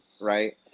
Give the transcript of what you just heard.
right